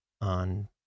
on